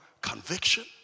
conviction